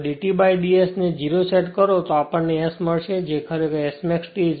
જો d Td S ને 0 set કરો તો આપણ ને S મળશે જે ખરેખર Smax T r2 છે